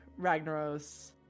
Ragnaros